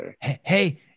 hey